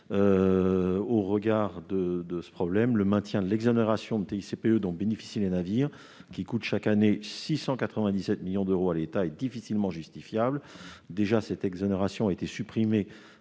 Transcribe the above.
Au regard de ce problème, le maintien de l'exonération de la TICPE pour les navires, qui coûte chaque année 697 millions d'euros à l'État, est difficilement justifiable. Cette exonération a déjà été supprimée